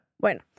Bueno